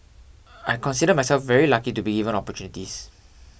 I consider myself very lucky to be given opportunities